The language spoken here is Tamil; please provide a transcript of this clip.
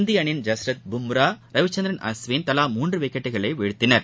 இந்தியஅணியின் ஜஸ்ரத் பும்ரா ரவிச்சந்திரன் அஸ்வின் தவா மூன்றுவிக்கெட்டுகள் வீழ்த்தினர்